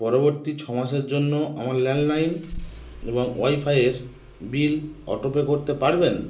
পরবর্তী ছ মাসের জন্য আমার ল্যান্ডলাইন এবং ওয়াইফাই এর বিল অটোপে করতে পারবেন